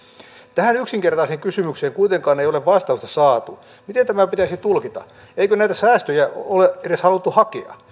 tähän yksinkertaiseen kysymykseen kuitenkaan ei ole vastausta saatu miten tämä pitäisi tulkita eikö näitä säästöjä ole edes haluttu hakea